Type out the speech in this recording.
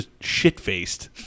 shit-faced